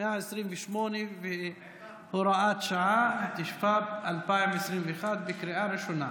128 והוראת שעה), התשפ"ב 2021, לקריאה ראשונה.